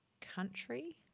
country